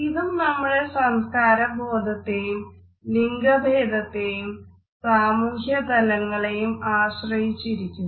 ഇതും നമ്മുടെ സംസ്കാര ബോധത്തെയും ലിംഗഭേദത്തെയും സാമൂഹ്യ തലങ്ങളെയും ആശ്രയിച്ചിരിക്കുന്നു